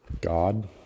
God